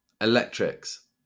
electrics